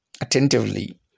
attentively